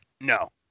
No